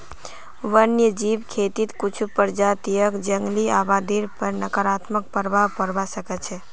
वन्यजीव खेतीक कुछू प्रजातियक जंगली आबादीर पर नकारात्मक प्रभाव पोड़वा स ख छ